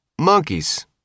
Monkeys